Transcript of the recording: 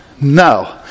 No